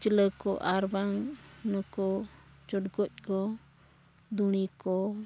ᱠᱩᱪᱞᱟᱹ ᱠᱚ ᱟᱨ ᱵᱟᱝ ᱱᱩᱠᱩ ᱪᱚᱲᱜᱚᱡ ᱠᱚ ᱫᱩᱬᱤ ᱠᱚ